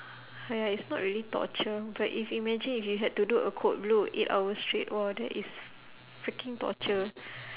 !haiya! it's not really torture but if imagine if you had to do a code blue eight hours straight !wah! that is freaking torture